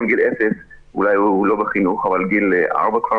גיל לידה אולי הוא לא בחינוך אבל גיל ארבע כבר